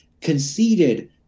conceded